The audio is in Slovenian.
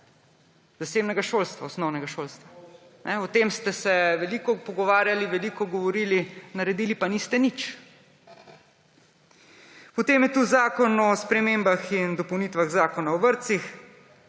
zasebnega šolstva, osnovnega šolstva. O tem ste se veliko pogovarjali, veliko govorili, naredili pa niste nič. Potem je tu Zakon o spremembah in dopolnitvah Zakona o vrtcih,